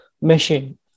machine